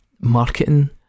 ...marketing